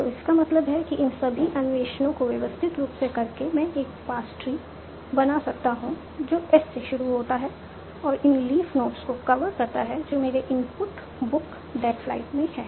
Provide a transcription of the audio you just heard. तो इसका मतलब है कि इन सभी अन्वेषणों को व्यवस्थित रूप से करके मैं एक पार्स ट्री बना सकता हूं जो S से शुरू होता है और इन लीफ नोड्स को कवर करता है जो मेरे इनपुट बुक दैट फ्लाइट में हैं